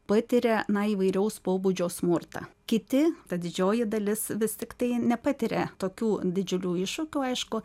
patiria na įvairaus pobūdžio smurtą kiti ta didžioji dalis vis tiktai nepatiria tokių didžiulių iššūkių aišku